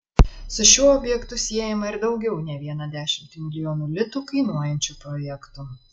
su šiuo objektu siejama ir daugiau ne vieną dešimtį milijonų litų kainuojančių projektų